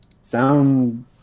sound